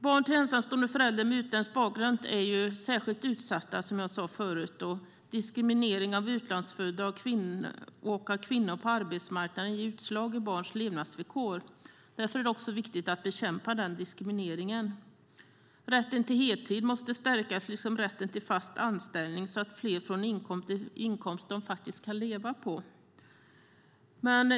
Barn till ensamstående förälder med utländsk bakgrund är som sagt särskilt utsatta. Diskriminering av utlandsfödda och av kvinnor på arbetsmarknaden ger utslag i barns levnadsvillkor. Därför är det viktigt att bekämpa denna diskriminering. Rätten till heltid måste stärkas liksom rätten till fast anställning så att fler får en inkomst de kan leva på.